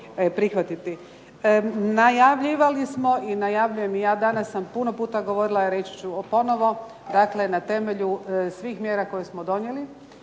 Najavljivali smo i najavljujem i ja, danas sam puno puta govorila, reći ću ponovo, dakle na temelju svih mjera koje smo donijeli